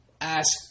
Ask